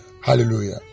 Hallelujah